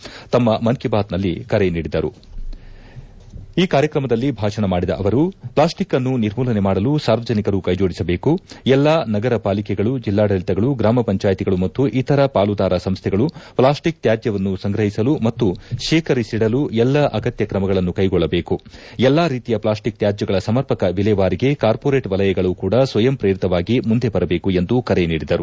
ಆಕಾಶವಾಣಿಯ ತಮ್ಮ ಮನ್ ಕಿ ಬಾತ್ ಕಾರ್ಯಕ್ರಮದಲ್ಲಿ ಭಾಷಣ ಮಾಡಿದ ಅವರು ಪ್ಲಾಸ್ಟಿಕ್ಅನ್ನು ನಿರ್ಮೂಲನೆ ಮಾಡಲು ಸಾರ್ವಜನಿಕರು ಕೈಜೋಡಿಸಬೇಕು ಎಲ್ಲಾ ನಗರಪಾಲಿಕೆಗಳು ಜಿಲ್ಲಾಡಳಿತಗಳು ಗ್ರಾಮ ಪಂಚಾಯಿತಿಗಳು ಮತ್ತು ಇತರ ಪಾಲುದಾರ ಸಂಸ್ಥೆಗಳು ಪ್ಲಾಸ್ಟಿಕ್ ತ್ಯಾಜ್ಯವನ್ನು ಸಂಗ್ರಹಿಸಲು ಮತ್ತು ಶೇಖರಿಸಿದಲು ಎಲ್ಲ ಅಗತ್ಯ ಕ್ರಮಗಳನ್ನು ಕೈಗೊಳ್ಳಬೇಕು ಎಲ್ಲಾ ರೀತಿಯ ಪ್ಲಾಸ್ಟಿಕ್ ತ್ಯಾಜ್ಯಗಳ ಸಮರ್ಪಕ ವಿಲೇವಾರಿಗೆ ಕಾರ್ಪೊರೇಟ್ ವಲಯಗಳೂ ಕೂಡ ಸ್ನಯಂ ಪ್ರೇರಿತವಾಗಿ ಮುಂದೆ ಬರಬೇಕು ಎಂದು ಕರೆ ನೀಡಿದರು